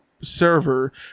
server